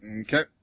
Okay